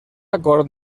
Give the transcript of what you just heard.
acord